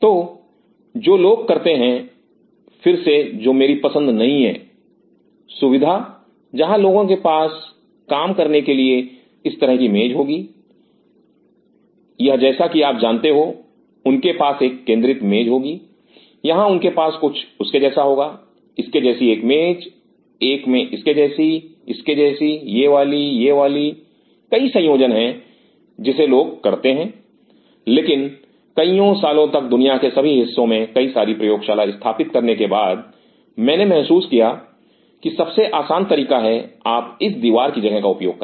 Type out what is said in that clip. तो जो लोग करते हैं फिर से जो मेरी पसंद नहीं है सुविधा जहां लोगों के पास काम करने के लिए इस तरह की मेज होंगी यह जैसा कि आप जानते हो उनके पास एक केंद्रित मेज होगी यहां उनके पास कुछ उसके जैसा होगा इसके जैसी एक मेज एक में इसके जैसी इसके जैसी यह वाली यह वाली कई संयोजन है जिसे लोग करते हैं लेकिन कईयों सालों तक दुनिया के सभी हिस्सों में कई सारी प्रयोगशाला स्थापित करने के बाद मैंने महसूस किया कि सबसे आसान तरीका है कि आप इस दीवार की जगह का उपयोग करें